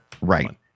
right